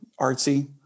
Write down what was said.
artsy